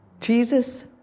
Jesus